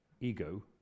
ego